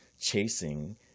chasing